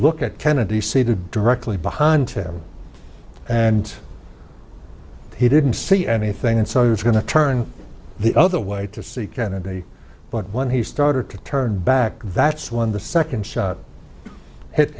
look at kennedy seated directly behind him and he didn't see anything inside is going to turn the other way to see kennedy but when he started to turn back that's when the second shot hit